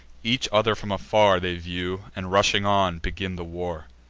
each other from afar they view and, rushing on, begin the war.